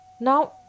Now